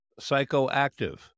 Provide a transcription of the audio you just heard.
Psychoactive